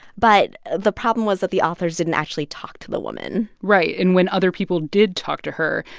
but the problem was that the authors didn't actually talk to the woman right. and when other people did talk to her,